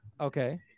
Okay